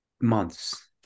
months